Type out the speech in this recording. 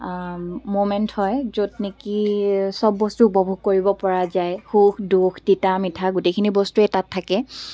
moment হয় য'ত নেকি চব বস্তু উপভোগ কৰিব পৰা যায় সুখ দুখ তিতা মিঠা গোটেইখিনি বস্তুৱে তাত থাকে